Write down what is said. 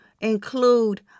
include